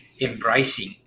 embracing